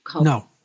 No